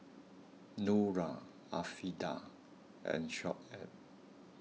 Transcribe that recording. Nura Afiqah and Shoaib